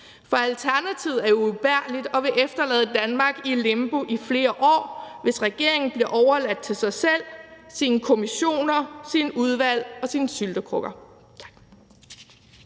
for alternativet er jo ubærligt og vil efterlade Danmark i et limbo i flere år, hvis regeringen bliver overladt til sig selv, sine kommissioner, sine udvalg og sine syltekrukker.